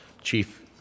chief